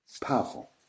Powerful